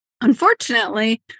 Unfortunately